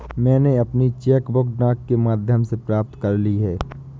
मैनें अपनी cheque book डाक के माध्यम से प्राप्त कर ली है